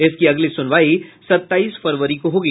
इसकी अगली सुनवाई सताईस फरवरी को होगी